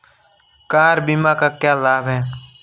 Car बीमा का क्या लाभ है?